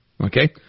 Okay